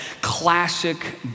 classic